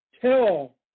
Tell